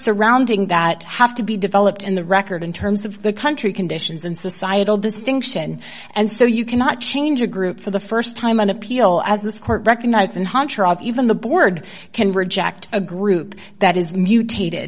surrounding that have to be developed in the record in terms of the country conditions and societal distinction and so you cannot change a group for the st time an appeal as this court recognized and even the board can reject a group that is mutated